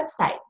website